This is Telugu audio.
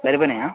సరిపోయాయా